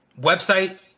website